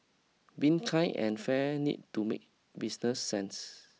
being kind and fair needs to make business sense